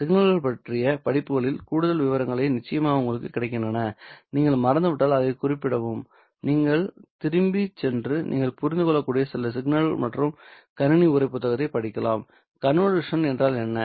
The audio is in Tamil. சிக்னல்கள் பற்றிய படிப்புகளில் கூடுதல் விவரங்கள் நிச்சயமாக உங்களுக்கு கிடைக்கின்றன நீங்கள் மறந்துவிட்டால் அதைக் குறிப்பிடவும் நீங்கள் திரும்பிச் சென்று நீங்கள் புரிந்து கொள்ளக்கூடிய சில சிக்னல் மற்றும் கணினி உரை புத்தகத்தைப் படிக்கலாம் கன்வல்யூஷன் என்றால் என்ன